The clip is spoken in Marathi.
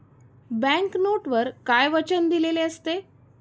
बँक नोटवर काय वचन दिलेले असते?